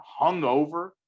hungover